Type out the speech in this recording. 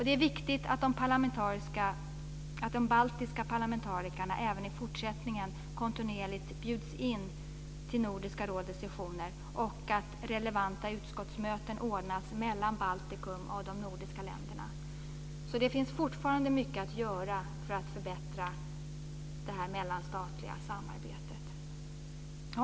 Det är viktigt att de baltiska parlamentarikerna även i fortsättningen kontinuerligt bjuds in till Nordiska rådets sessioner och att relevanta utskottsmöten ordnas mellan Baltikum och de nordiska länderna. Det finns alltså fortfarande mycket att göra för att förbättra det här mellanstatliga samarbetet.